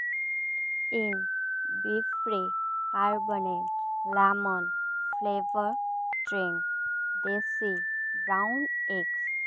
ᱤᱧ ᱵᱤ ᱯᱷᱨᱤ ᱟᱨᱵᱟᱱᱮᱱᱴ lemon flavour drink desi brown eggs